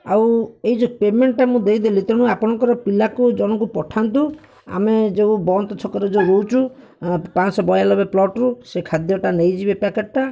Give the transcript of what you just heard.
ଆଉ ଏ ଯେଉଁ ପେମେଣ୍ଟଟା ମୁଁ ଦେଇଦେଲି ତେଣୁ ଆପଣଙ୍କର ପିଲାଙ୍କୁ ଜଣଙ୍କୁ ପଠାନ୍ତୁ ଆମେ ଯେଉଁ ବନ୍ତ ଛକରେ ଯେଉଁ ରହୁଛୁ ପାଞ୍ଚ ଶହ ବୟାନବେ ପ୍ଲଟ୍ରୁ ସେ ଖାଦ୍ୟଟା ନେଇଯିବେ ପ୍ୟାକେଟ୍ଟା